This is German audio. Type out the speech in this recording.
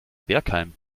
bergheim